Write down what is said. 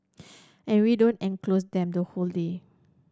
and we don't enclose them the whole day